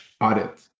Audit